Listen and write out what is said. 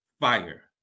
fire